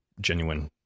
genuine